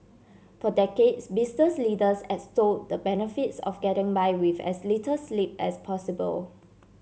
for decades business leaders extolled the benefits of getting by with as little sleep as possible